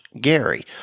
Gary